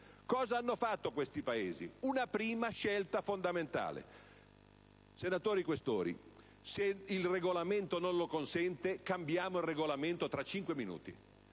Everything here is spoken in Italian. Cosa hanno fatto questi Paesi? Una prima scelta fondamentale. Senatori Questori, se il Regolamento non lo consente cambiamolo tra cinque minuti,